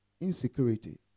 Insecurity